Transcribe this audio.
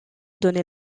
donner